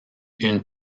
une